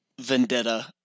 vendetta